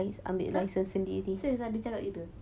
!huh! serious ah dia cakap gitu